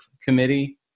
committee